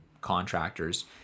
contractors